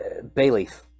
Bayleaf